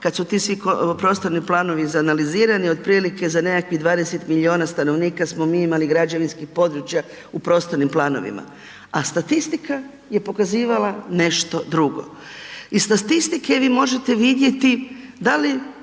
kad su ti svi prostorni planovi izanalizirani, otprilike za nekakvih 20 milijun stanovnika smo mi imali građevinskih područja u prostornim planovima a statistika je pokazivala nešto drugo. Iz statistike vi možete vidjeti da li